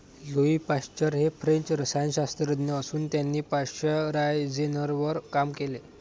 Louis Pasteur हे French रसायनशास्त्रज्ञ असून त्यांनी पाश्चरायझेशनवर काम केले